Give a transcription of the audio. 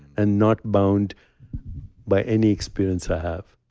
and not bound by any experience i have